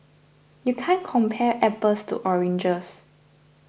you can't compare apples to oranges